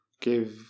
give